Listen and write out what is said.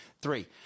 three